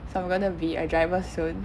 so I'm going to be a driver soon